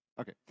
Okay